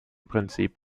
prinzip